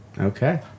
okay